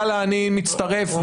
אני מצטרף.